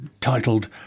titled